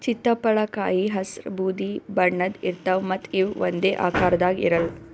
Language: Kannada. ಚಿತ್ತಪಳಕಾಯಿ ಹಸ್ರ್ ಬೂದಿ ಬಣ್ಣದ್ ಇರ್ತವ್ ಮತ್ತ್ ಇವ್ ಒಂದೇ ಆಕಾರದಾಗ್ ಇರಲ್ಲ್